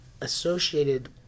associated